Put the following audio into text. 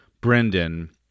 brendan